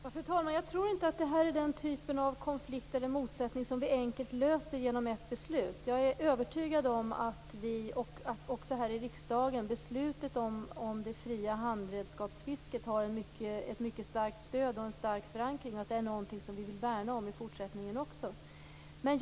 Fru talman! Jag tror inte att det här är den typ av konflikt eller motsättning som vi enkelt löser genom ett beslut. Jag är övertygad om att riksdagsbeslutet om det fria handredskapsfisket har ett mycket starkt stöd och en stark förankring samt att detta är något som vi också i fortsättningen vill värna.